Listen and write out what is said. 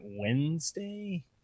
Wednesday